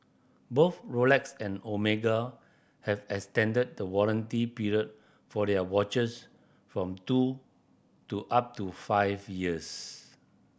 both Rolex and Omega have extended the warranty period for their watches from two to up to five years